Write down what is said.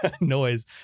noise